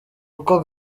uko